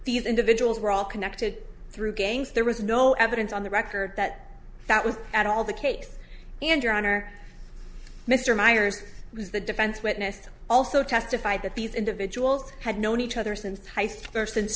these individuals were all connected through gangs there was no evidence on the record that that was at all the case and your honor mr meyers was the defense witness also testified that these individuals had known each other since high school there since